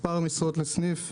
מספר משרות לסניף.